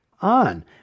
on